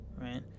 right